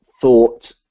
thought